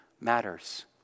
matters